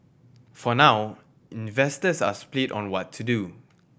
for now investors are spit on what to do